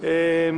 (הוראת שעה),